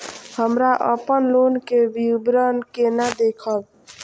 हमरा अपन लोन के विवरण केना देखब?